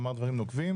ואמרת דברים נוקבים.